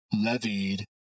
levied